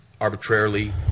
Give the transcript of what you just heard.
arbitrarily